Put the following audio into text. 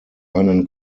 einen